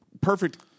perfect –